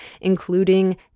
including